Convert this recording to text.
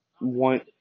want